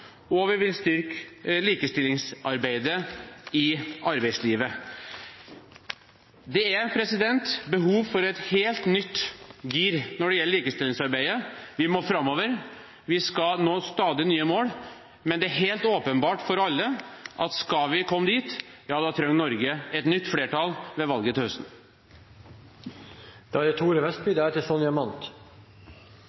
Og vi vil styrke likestillingsarbeidet i arbeidslivet. Det er behov for et helt nytt gir når det gjelder likestillingsarbeidet. Vi må framover. Vi skal nå stadig nye mål. Men det er helt åpenbart for alle at skal vi komme dit, trenger Norge et nytt flertall ved valget til høsten. For Høyre er